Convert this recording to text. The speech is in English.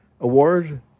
Award